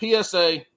PSA